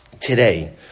today